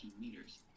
meters